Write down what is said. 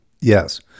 Yes